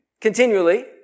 continually